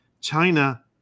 China